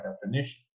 definition